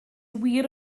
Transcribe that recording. wir